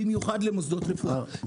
במיוחד למוסדות רפואיים.